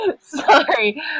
sorry